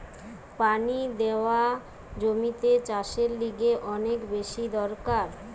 পানি দেওয়া জমিতে চাষের লিগে অনেক বেশি দরকার